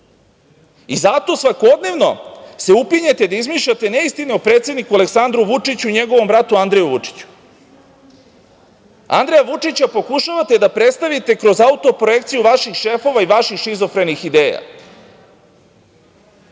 I zato svakodnevno se upinjete da izmišljate neistine o predsedniku Aleksandru Vučiću i njegovom bratu Andriji Vučiću. Andreja Vučića pokušavate da predstavite kroz autoprojekciju vaših šefova i vaših šizofrenih ideja. Ono